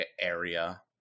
area